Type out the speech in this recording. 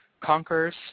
conquers